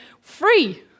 free